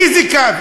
מאיזה קו?